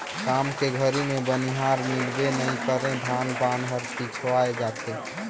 काम के घरी मे बनिहार मिलबे नइ करे धान पान हर पिछवाय जाथे